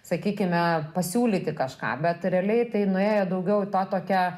sakykime pasiūlyti kažką bet realiai tai nuėjo daugiau ta tokia